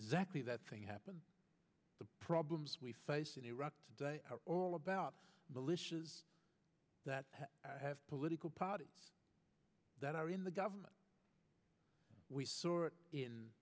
exactly that things happen the problems we face in iraq today are all about militias that have political parties that are in the government we saw i